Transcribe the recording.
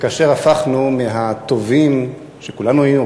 וכאשר הפכנו מהטובים שכולנו היינו,